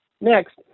Next